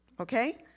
Okay